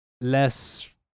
less